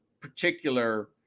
Particular